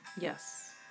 yes